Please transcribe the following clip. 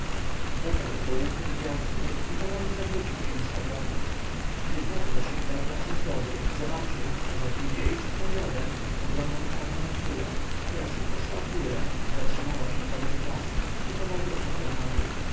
dotarł do łuku gwiazdy i powoli zawrócił się z powrotem gdy znowu dosięgał placu zgody zobaczył poza tuileryjskim ogrodem ogromną czarną kulę która szybko szła wgórę zatrzymała się pewien czas i powoli opadła nadół